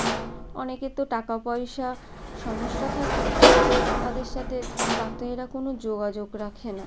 অনেকে তো টাকা পয়সা সমস্যা থাকে তাদের সাথে ডাক্তারেরা কোনো যোগাযোগ রাখে না